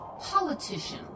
politician